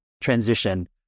transition